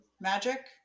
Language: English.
Magic